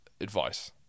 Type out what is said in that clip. advice